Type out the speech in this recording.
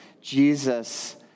Jesus